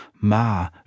Ma